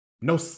no